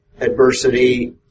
adversity